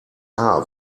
haar